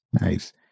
Nice